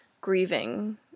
grieving